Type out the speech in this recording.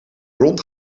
rond